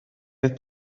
fydd